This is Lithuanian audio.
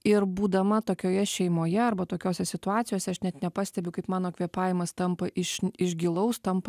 ir būdama tokioje šeimoje arba tokiose situacijose aš net nepastebiu kaip mano kvėpavimas tampa iš n iš gilaus tampa